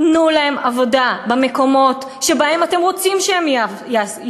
תנו להם עבודה במקומות שבהם אתם רוצים שהם יועסקו,